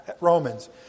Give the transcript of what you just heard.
Romans